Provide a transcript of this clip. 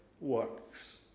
works